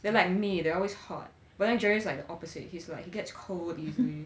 they're like me they're always but then jerry's like the opposite he's like he gets cold easily